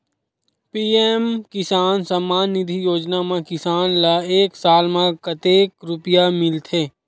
PM Kisan Samman Nidhi Yojana म किसान ल एक साल म कतेक रुपिया मिलथे?